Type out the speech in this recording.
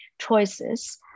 choices